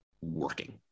working